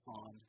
on